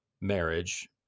marriage